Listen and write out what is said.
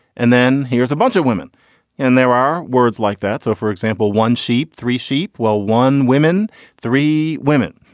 and then here's a bunch of women and there are words like that. so for example one sheep three sheep well one women three women.